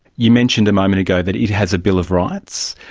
you mentioned a moment ago that it has a bill of rights.